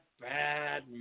bad